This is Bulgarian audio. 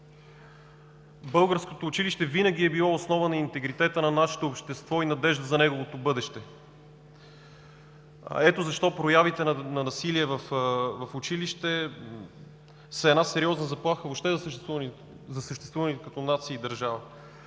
Българското училище винаги е било основа на интегритета на нашето общество и надежда за неговото бъдеще. Ето защо проявите на насилие в училище са една сериозна заплаха въобще за съществуване като нация и държава.